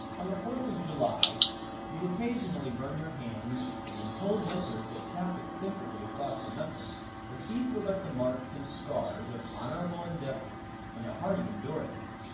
on the fourth of july you occasionally burned your hands and in cold winters they chapped extensively across the knuckles but these were but the marks and scars of honorable endeavor and a hardy endurance.